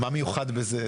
בעצם מה שביקשנו שיתוקן,